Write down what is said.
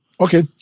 Okay